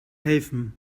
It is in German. helfen